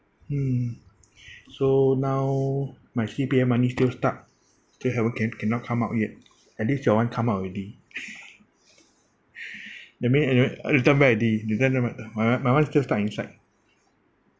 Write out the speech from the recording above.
mm so now my C_P_F money still stuck still haven't can~ cannot come out yet at least your [one] come out already the main return back already this [one] not my my wi~ my wife's still stuck inside